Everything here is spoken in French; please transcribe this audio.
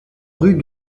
rue